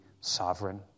sovereign